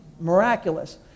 miraculous